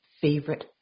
favorite